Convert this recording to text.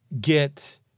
get